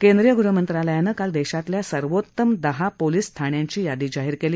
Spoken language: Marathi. केंद्रीय गृहमंत्रालयानं काल देशातल्या सर्वोत्तम दहा पोलीस ठाण्यांची यादी जाहीर केली